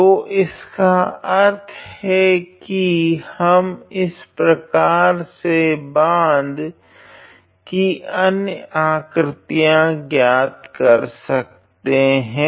तो इसका अर्थ है की हम इसी प्रकार से बाँध की अन्य आकृतियाँ ज्ञात कर सकते हैं